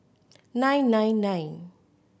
nine nine nine